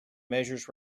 measures